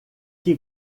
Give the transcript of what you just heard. que